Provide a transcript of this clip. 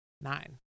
nine